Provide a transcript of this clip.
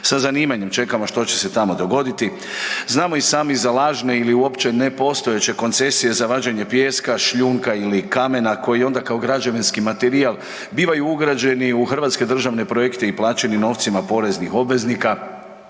sa zanimanjem čekamo što će se tamo dogoditi. Znamo i svi za lažne ili uopće ne postojeće koncesije za vađenje pijeska, šljunka ili kamena koji onda kao građevinski materijal bivaju ugrađeni u hrvatske državne projekte i plaćeni novcima poreznih obveznika.